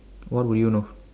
what would you know